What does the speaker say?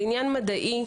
זה עניין מדעי.